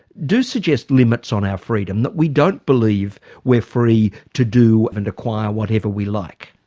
do suggest limits on our freedom that we don't believe we're free to do and acquire whatever we like.